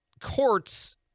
courts